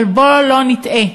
אבל בוא לא נטעה,